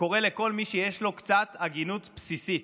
קורא לכל מי שיש לו קצת הגינות בסיסית.